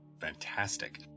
Fantastic